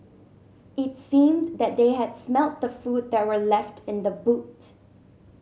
it seemed that they had smelt the food that were left in the boot